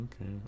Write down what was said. Okay